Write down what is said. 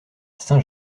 saint